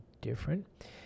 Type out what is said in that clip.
different